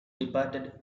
departed